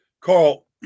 Carl